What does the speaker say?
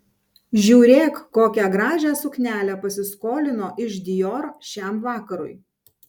žiūrėk kokią gražią suknelę pasiskolino iš dior šiam vakarui